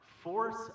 force